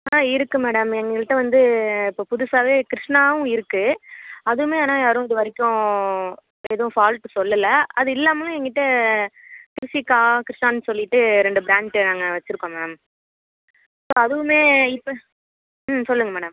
ஆ இருக்கு மேடம் எங்கள்கிட்ட வந்து இப்போ புதுசாகவே கிருஷ்ணாவும் இருக்கு அதுவுமே ஆனால் யாரும் இது வரைக்கும் எதுவும் ஃபால்ட்டு சொல்லலை அது இல்லாமலும் என்கிட்ட கிரிஷிக்கா கிரிஷான் சொல்லிவிட்டு ரெண்டு பிராண்ட்டு நான் வச்சிருக்கோம் மேம் ஸோ அதுவுமே இப்போ ம் சொல்லுங்கள் மேடம்